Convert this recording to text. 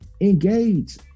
engage